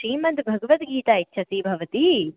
श्रीमद्भगवद्गीता इच्छसि भवति